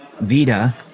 Vita